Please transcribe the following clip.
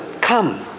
come